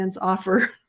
offer